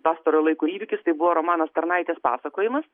pastarojo laiko įvykis tai buvo romanas tarnaitės pasakojimas